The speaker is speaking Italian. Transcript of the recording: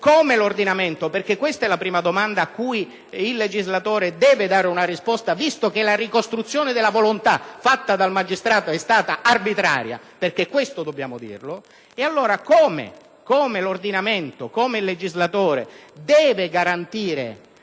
come l'ordinamento (questa è la prima domanda a cui il legislatore deve dare una risposta, visto che la ricostruzione della volontà fatta dal magistrato è stata arbitraria; questo dobbiamo dirlo), come il legislatore deve e può garantire